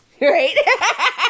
right